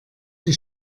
die